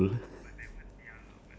inside the classroom